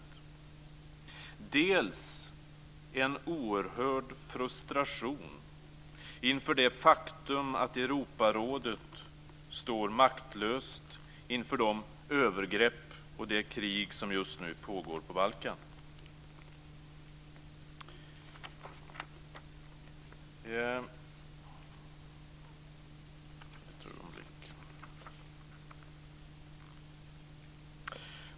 Det andra är att det finns en oerhörd frustration inför det faktum att Europarådet står maktlöst inför de övergrepp och det krig som just nu pågår på Balkan.